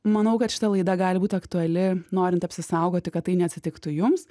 manau kad šita laida gali būti aktuali norint apsisaugoti kad tai neatsitiktų jums